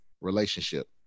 relationship